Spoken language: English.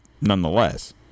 nonetheless